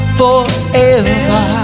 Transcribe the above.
forever